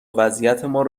وضعیتمان